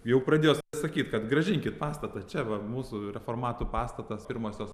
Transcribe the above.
jau pradėjo sakyti kad grąžinkit pastatą čia va mūsų reformatų pastatas pirmosios